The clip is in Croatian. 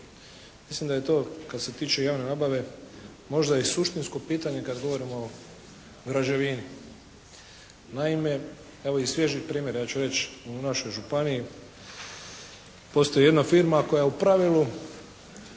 Mislim da je to kad se tiče javne nabave možda i suštinsko pitanje kad govorimo o građevini. Naime, evo i svježih primjera. Ja ću reći u našoj županiji postoji jedna firma koja u pravilu